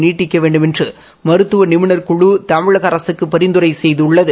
நீட்டிக்க வேண்டுமென்று மருத்துவ நிபுணர் குழு தமிழக அரசுக்கு பரிந்துரை செய்துள்ளது